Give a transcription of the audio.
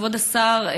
כבוד השר,